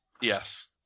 Yes